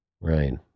Right